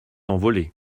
envolée